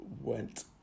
went